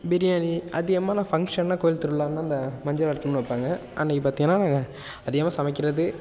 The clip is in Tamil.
பிரியாணி அது எம்மான்னால் ஃபங்க்ஷன்னால் கோயில் திருவிழான்னால் அந்த மஞ்சள் விரட்டுன்னு வைப்பாங்க அன்னைக்கு பார்த்தீங்கனா நாங்கள் அதிகமாக சமைக்கிறது